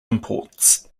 imports